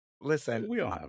listen